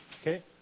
Okay